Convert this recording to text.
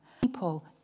people